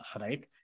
right